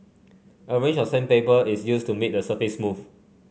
a range of sandpaper is used to make the surface smooth